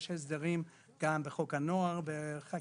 יש הסדרים גם בחוק הנוער בחקיקה,